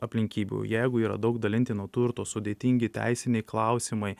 aplinkybių jeigu yra daug dalintino turto sudėtingi teisiniai klausimai